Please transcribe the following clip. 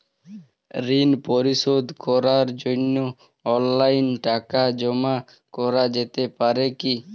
ঋন পরিশোধ করার জন্য অনলাইন টাকা জমা করা যেতে পারে কি?